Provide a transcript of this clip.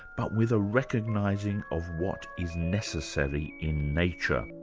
but with a recognising of what is necessary in nature,